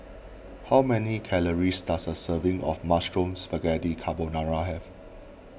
how many calories does a serving of Mushroom Spaghetti Carbonara have